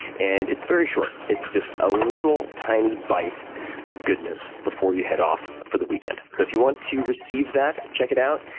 and it's very short. it's just a little tiny bite of goodness before you head off for the weekend. so if you want to receive that, check it out.